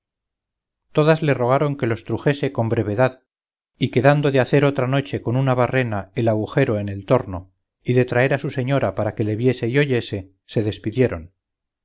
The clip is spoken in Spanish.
todas le rogaron que los trujese con brevedad y quedando de hacer otra noche con una barrena el agujero en el torno y de traer a su señora para que le viese y oyese se despidieron